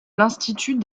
l’institut